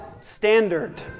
standard